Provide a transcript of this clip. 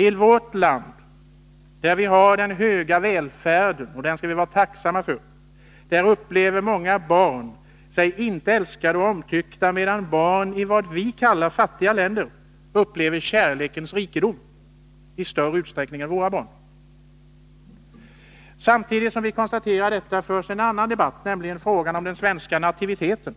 I vårt land med dess höga välfärd — som vi skall vara tacksamma för — upplever många barn sig vara inte älskade eller omtyckta, medan barn i vad vi kallar fattiga länder upplever kärlekens rikedom i större utsträckning än våra barn. Samtidigt som vi konstaterar detta förs det en annan debatt, nämligen om den svenska nativiteten.